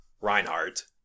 Reinhardt